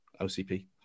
OCP